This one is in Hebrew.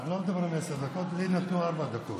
אנחנו לא מדברים עשר דקות, לי נתנו ארבע דקות.